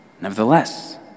Nevertheless